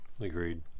Agreed